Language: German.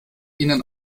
ihnen